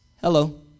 Hello